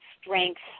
strength